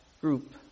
group